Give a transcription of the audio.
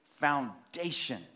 foundation